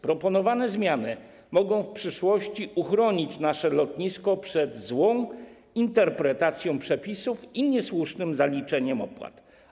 Proponowane zmiany mogą w przyszłości uchronić nasze lotnisko przed złą interpretacją przepisów i niesłusznym zaliczeniem opłat.